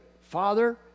Father